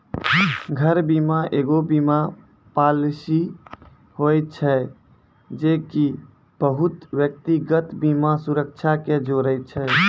घर बीमा एगो बीमा पालिसी होय छै जे की बहुते व्यक्तिगत बीमा सुरक्षा के जोड़े छै